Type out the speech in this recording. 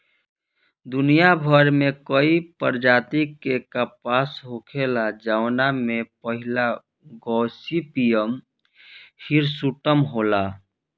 दुनियाभर में कई प्रजाति के कपास होखेला जवना में पहिला गॉसिपियम हिर्सुटम होला